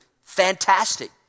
fantastic